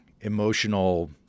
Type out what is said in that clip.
emotional